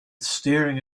staring